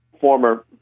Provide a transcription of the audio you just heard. former